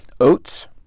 Oats